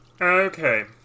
Okay